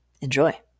Enjoy